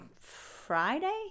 Friday